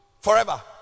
forever